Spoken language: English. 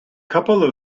couple